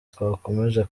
twakomeza